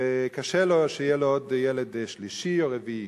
וקשה לו שיהיה לו עוד ילד שלישי או רביעי.